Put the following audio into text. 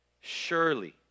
Surely